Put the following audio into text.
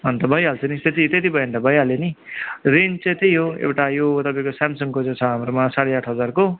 अन्त भइहाल्छ नि त्यति त्यति भयो भने त भइहाल्यो नि रेन्ज चाहिँ त्यही हो एउटा यो तपाईँको सेमसङको जो छ हाम्रोमा साढे आठ हजारको